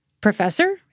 professor